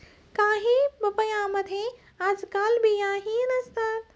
काही पपयांमध्ये आजकाल बियाही नसतात